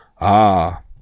Ah